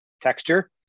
texture